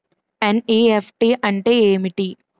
NEFT అంటే ఏమిటి?